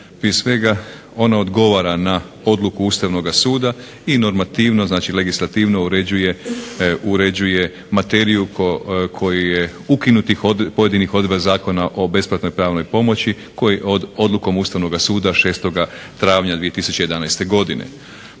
Prije svega ono odgovara na odluku Ustavnoga suda i normativno, znači legislativno uređuje materiju koji je ukinutih pojedinih odredbi Zakona o besplatnoj pravnoj pomoći, koji odlukom Ustavnoga suda 6. travnja 2011. godine,